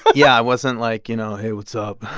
yeah. i wasn't like, you know hey, what's up?